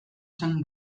zen